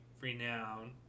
renowned